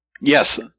Yes